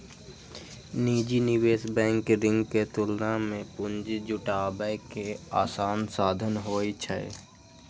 निजी निवेश बैंक ऋण के तुलना मे पूंजी जुटाबै के आसान साधन होइ छै